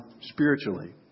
spiritually